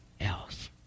else